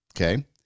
Okay